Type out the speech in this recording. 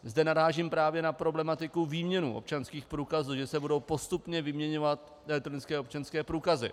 Zde narážím právě na problematiku výměny občanských průkazů, že se budou postupně vyměňovat elektronické občanské průkazy.